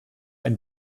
ein